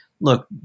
Look